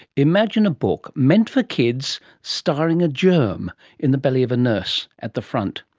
imagine a book meant for kids starring a germ in the belly of a nurse at the front.